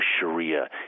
Sharia